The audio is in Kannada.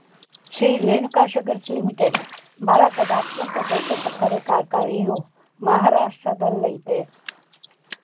ಶ್ರೀ ರೇಣುಕಾ ಶುಗರ್ಸ್ ಲಿಮಿಟೆಡ್ ಭಾರತದ ಅತ್ಯಂತ ದೊಡ್ಡ ಸಕ್ಕರೆ ಕಾರ್ಖಾನೆಯು ಮಹಾರಾಷ್ಟ್ರದಲ್ಲಯ್ತೆ